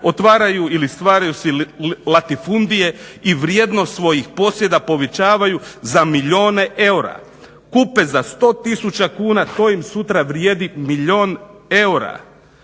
Otvaraju ili stvaraju se latifundije i vrijednost svojih posjeda povećavaju za milijuna eura. Kupe za sto tisuća kuna. To im sutra vrijedi milijun eura.